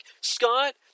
Scott